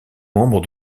membre